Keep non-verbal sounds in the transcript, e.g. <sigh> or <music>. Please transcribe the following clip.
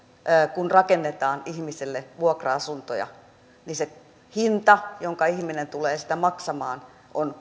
kun rakennetaan ihmisille vuokra asuntoja se hinta jonka ihminen tulee siitä maksamaan on <unintelligible>